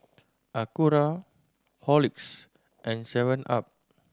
Acura Horlicks and seven up